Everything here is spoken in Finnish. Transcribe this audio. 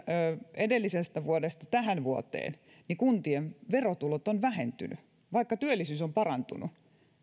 edellisestä vuodesta tähän vuoteen niin kuntien verotulot ovat vähentyneet vaikka työllisyys on parantunut